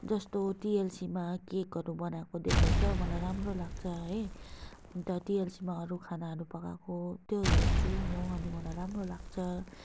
जस्तो टिएलसीमा केकहरू बनाएको देखाउँछ मलाई राम्रो लाग्छ है अन्त टिएलसीमा अरू खानाहरू पकाएको त्यो हेर्छु म अनि मलाई राम्रो लाग्छ